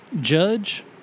judge